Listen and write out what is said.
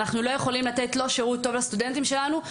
אנחנו לא יכולים לתת שירות טוב לסטודנטים שלנו,